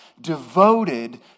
devoted